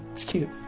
it's cute.